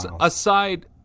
aside